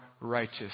righteous